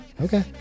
Okay